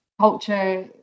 Culture